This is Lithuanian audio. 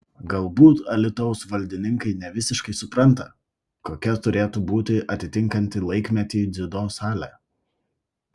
galbūt alytaus valdininkai ne visiškai supranta kokia turėtų būti atitinkanti laikmetį dziudo salė